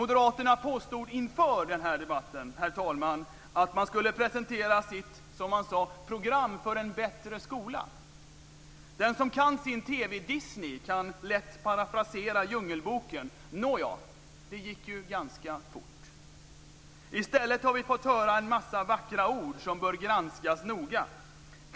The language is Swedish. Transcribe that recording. Moderaterna påstod inför den här debatten att man skulle presentera sitt, som man sade, program för en bättre skola. Den som kan sin TV Disney kan lätt parafrasera Djungelboken: Nåja, det gick ju ganska fort. I stället har vi fått höra en massa vackra ord som bör granskas noga.